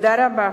תודה רבה.